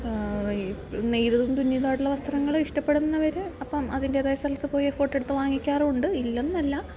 ഈ നെയ്തതും തുന്നിയതും ആയിട്ടുള്ള വസ്ത്രങ്ങൾ ഇഷ്ടപ്പെടുന്നവർ അപ്പം അതിന്റെതായ സ്ഥലത്ത് പോയി ഫോട്ടോ എടുത്ത് വാങ്ങിക്കാറും ഉണ്ട് ഇല്ല എന്നല്ല